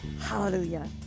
Hallelujah